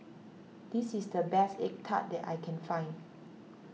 this is the best Egg Tart that I can find